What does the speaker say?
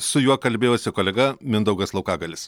su juo kalbėjosi kolega mindaugas laukagalis